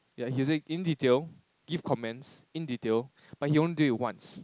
yeah he said in detail give comments in detail but he'll only do it once